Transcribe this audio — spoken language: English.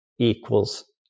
equals